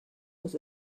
was